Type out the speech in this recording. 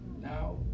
now